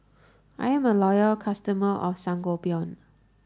I'm a loyal customer of Sangobion